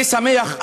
אני שמח,